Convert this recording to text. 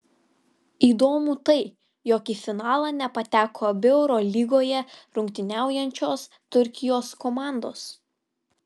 įdomu tai jog į finalą nepateko abi eurolygoje rungtyniaujančios turkijos komandos